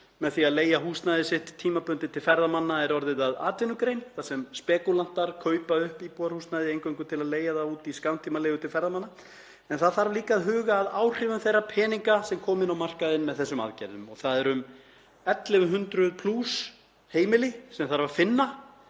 með því að leigja húsnæði sitt tímabundið til ferðamanna, er orðið að atvinnugrein þar sem spekúlantar kaupa upp íbúðarhúsnæði eingöngu til að leigja það út í skammtímaleigu til ferðamanna. En það þarf líka að huga að áhrifum þeirra peninga sem koma inn á markaðinn með þessum aðgerðum. Það eru yfir 1.100 heimili sem þarf að finna